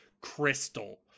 crystal